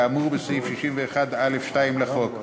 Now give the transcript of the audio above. כאמור בסעיף 61(א)(2) לחוק,